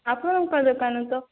ଆପଣଙ୍କ ଦୋକାନରୁ ତ